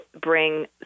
bring